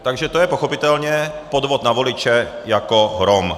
Takže to je pochopitelně podvod na voliče jako hrom.